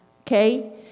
okay